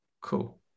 cool